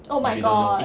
oh my god